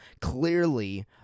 Clearly